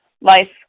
Life